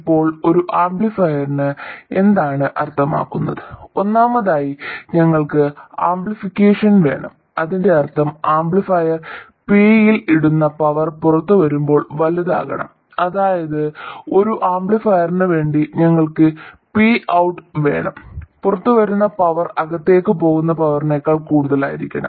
ഇപ്പോൾ ഒരു ആംപ്ലിഫയറിന് എന്താണ് അർത്ഥമാക്കുന്നത് ഒന്നാമതായി ഞങ്ങൾക്ക് ആംപ്ലിഫിക്കേഷൻ വേണം അതിന്റെ അർത്ഥം ആംപ്ലിഫയർ പി യിൽ ഇടുന്ന പവർ പുറത്തുവരുമ്പോൾ വലുതാകണം അതായത് ഒരു ആംപ്ലിഫയറിന് വേണ്ടി ഞങ്ങൾക്ക് Pout - വേണം പുറത്തുവരുന്ന പവർ അകത്തേക്ക് പോകുന്ന പവറിനേക്കാൾ കൂടുതലായിരിക്കണം